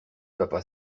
papa